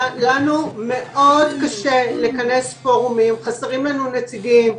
לנו מאוד קשה לכנס פורומים, חסרים לנו נציגים.